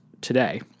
today